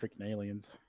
aliens